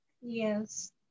Yes